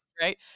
right